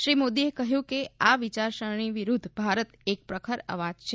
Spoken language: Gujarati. શ્રી મોદીએ કહ્યું કે આ વિચારસરણીની વિરૂધ્ધ ભારત એક પ્રખર આવાજ છે